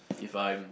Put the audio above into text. if I'm